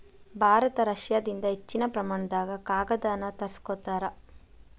ಭಾರತ ರಷ್ಯಾದಿಂದ ಹೆಚ್ಚಿನ ಪ್ರಮಾಣದಾಗ ಕಾಗದಾನ ತರಸ್ಕೊತಾರ